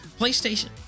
PlayStation